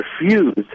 refused